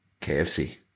KFC